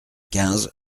quinze